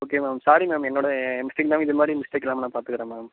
okay ma'am sorry ma'am என்னோட என் mistake தான் இதுமாதிரி மிஸ்டேக் இல்லாமல் நான் பார்த்துக்குறன் மேம்